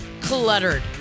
cluttered